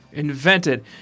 Invented